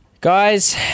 Guys